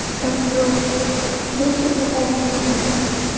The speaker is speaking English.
and so those things will always be with me.